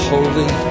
Holy